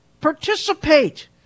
participate